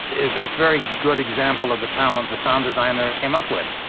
is a very good example of the talent the sound designer came up with